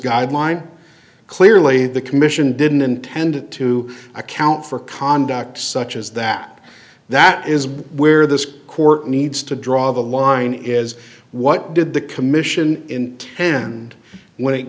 guideline clearly the commission didn't intend to account for conduct such as that that is where this court needs to draw the line is what did the commission intend when it